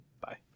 Bye